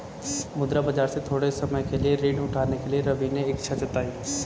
मुद्रा बाजार से थोड़े समय के लिए ऋण उठाने के लिए रवि ने इच्छा जताई